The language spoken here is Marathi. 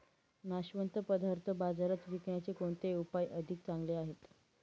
नाशवंत पदार्थ बाजारात विकण्याचे कोणते उपाय अधिक चांगले आहेत?